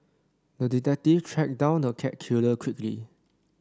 the detective tracked down the cat killer quickly